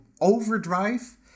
overdrive